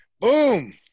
Boom